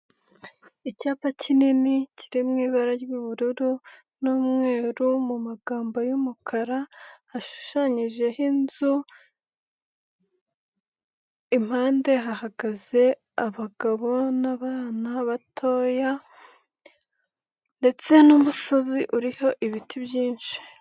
Icyapa kinini kiri mu ibara ry'ubururu n'umweru, magambo y'umukara hashushanyijeho inzu, impande hahagaze abagabo n'abana batoya ndetse n'umusozi uriho ibiti byinshi.